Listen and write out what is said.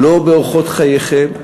לא באורחות חייכם,